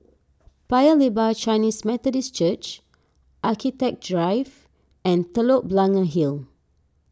Paya Lebar Chinese Methodist Church Architect Drive and Telok Blangah Hill